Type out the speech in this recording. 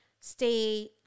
stay